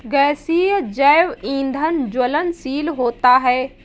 गैसीय जैव ईंधन ज्वलनशील होता है